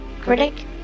critic